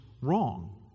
wrong